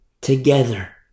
together